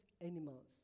animals